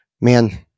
man